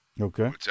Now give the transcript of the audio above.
Okay